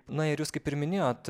na ir jūs kaip ir minėjot